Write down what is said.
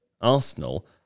Arsenal